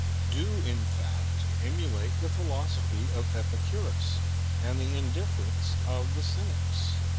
do in fact emulate the philosophy of epicurus and the indifference of the cynics,